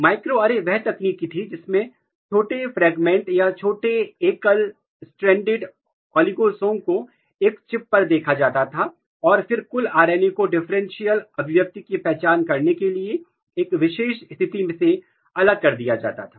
microarray वह तकनीक थी जिसमें छोटे टुकड़े फ्रेगमेंट या छोटे एकल stranded ऑलिगोस को एक चिप पर देखा जाता था और फिर कुल आरएनए को डिफरेंशियल अभिव्यक्ति की पहचान करने के लिए एक विशेष स्थिति से अलग कर दिया जाता था